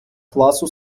класу